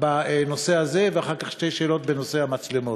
בנושא הזה, ואחר כך שתי שאלות בנושא המצלמות.